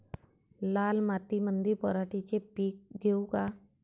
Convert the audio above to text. लाल मातीमंदी पराटीचे पीक घेऊ का?